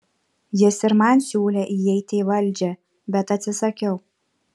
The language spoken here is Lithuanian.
jis ir man siūlė įeiti į valdžią bet atsisakiau